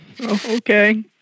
Okay